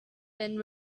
and